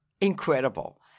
incredible